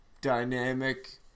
dynamic